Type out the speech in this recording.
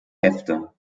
hefte